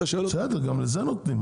גם את זה נותנים.